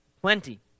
plenty